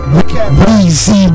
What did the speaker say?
Weezy